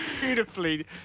Beautifully